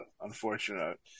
unfortunate